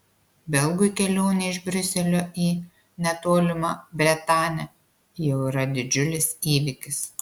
belgui kelionė iš briuselio į netolimą bretanę jau yra didžiulis įvykis